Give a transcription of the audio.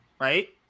Right